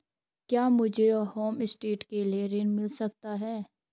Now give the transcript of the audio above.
क्या मुझे होमस्टे के लिए ऋण मिल सकता है?